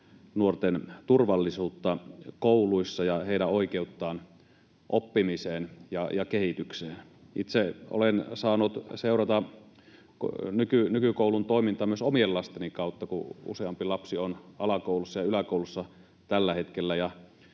nuorten turvallisuutta kouluissa ja heidän oikeuttaan oppimiseen ja kehitykseen. Itse olen saanut seurata nykykoulun toimintaa myös omien lasteni kautta, kun useampi lapsi on alakoulussa ja yläkoulussa tällä hetkellä.